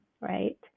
right